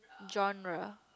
genre